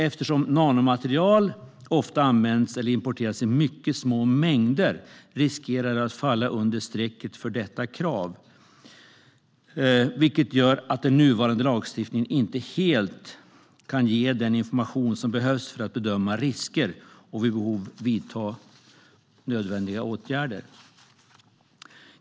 Eftersom nanomaterial ofta används eller importeras i mycket små mängder riskerar det att falla under strecket för detta krav, vilket gör att den nuvarande lagstiftningen inte helt kan ge den information som behövs för att bedöma risker och vid behov vidta nödvändiga åtgärder.